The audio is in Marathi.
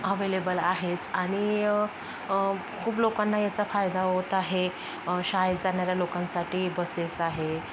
अव्हेलेबल आहेच आणि खूप लोकांना याचा फायदा होत आहे शाळेत जाणाऱ्या लोकांसाठी बसेस आहे